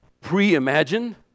pre-imagined